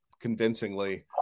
convincingly